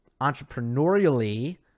entrepreneurially